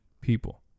people